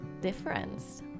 difference